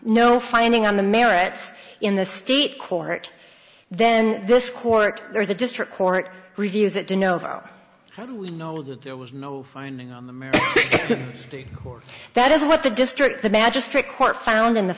no finding on the merits in the state court then this court or the district court reviews it to know how do we know that there was no finding on the city or that is what the district the magistrate court found in the